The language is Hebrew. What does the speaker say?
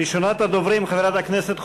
ראשונת הדוברים, חברת הכנסת חוטובלי,